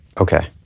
Okay